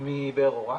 מבאר אורה,